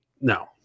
no